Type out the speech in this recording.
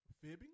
Fibbing